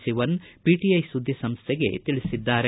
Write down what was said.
Sivan PTI ಸುದ್ವಿಸಂಸ್ಕೆಗೆ ತಿಳಿಸಿದ್ದಾರೆ